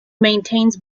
maintains